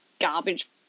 garbage